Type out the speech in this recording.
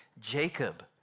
Jacob